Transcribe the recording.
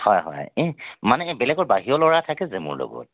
হয় হয় এই মানে বেলেগৰ বাহিৰৰ ল'ৰা থাকে যে মোৰ লগত